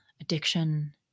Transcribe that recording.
addiction